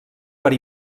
per